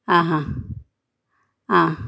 ആഹാ ആ